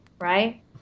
right